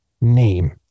name